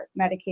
Medicaid